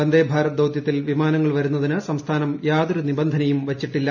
വന്ദേഭാരത് ദൌത്യത്തിൽ വിമാനങ്ങൾ വരുന്നതിന് സംസ്ഥാനം യാതൊരു നിബന്ധനയും വച്ചിട്ടില്ല